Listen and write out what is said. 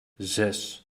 zes